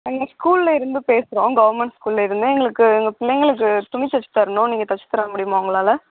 நாங்கள் ஸ்கூலில் இருந்து பேசுகிறோம் கவர்மெண்ட் ஸ்கூலில் இருந்து எங்களுக்கு எங்க பிள்ளைங்களுக்கு துணி தச்சித் தரணும் நீங்கள் தச்சித் தர முடியுமா உங்களால்